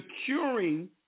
securing